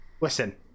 listen